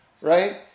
right